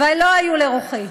לא היו לרוחי.